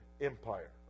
Empire